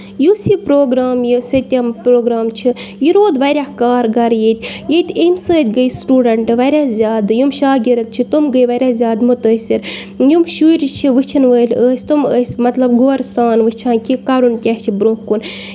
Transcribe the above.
یُس یہِ پروگرام یُس ییٚتٮ۪ن پروگرام چھُ یہِ روٗد واریاہ کار گر ییٚتہِ ییٚتہِ اَمہِ سۭتۍ گٔے سٔٹوٗڈَنٹ واریاہ زیادٕ یِم شاگرِد چھِ تِم گٔے واریاہ زیادٕ مُتٲثر یِم شُرۍ چھِ وٕچھَن وٲلۍ ٲسۍ تِم ٲسۍ مطلب غورٕ سان وٕچھان کہِ کرُن کیاہ چھُ برونہہ کُن